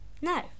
No